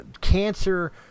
cancer